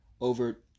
over